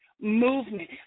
movement